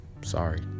Sorry